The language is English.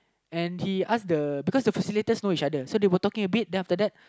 and he ask the because the facilitators know each other so they were talking a bit then after that